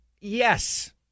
Yes